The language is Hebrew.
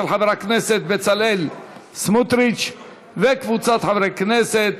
של חבר הכנסת בצלאל סמוטריץ וקבוצת חברי הכנסת.